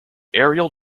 aerial